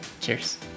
Cheers